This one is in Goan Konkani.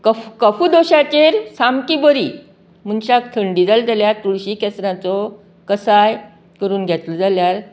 कफ कफू दोशाचेर सामकी बरी मुनशाक थंडी जाली जाल्यार तुळशीं केसराचो कसाय करून घेतलो जाल्यार